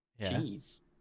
Jeez